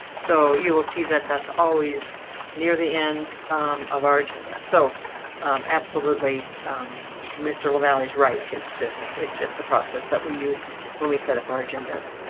so you will see that that's always near the end of our agenda. so absolutely mr lavalle's right? it's just it's just. process that we use when we set up our agendas.